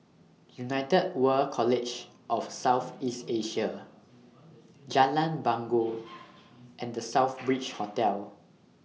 United World College of South East Asia Jalan Bangau and The Southbridge Hotel